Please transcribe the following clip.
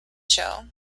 show